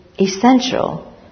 essential